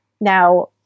now